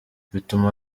bituma